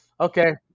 okay